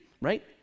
right